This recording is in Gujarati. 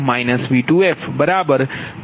4j0